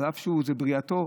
אף שזו בריאתו,